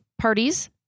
parties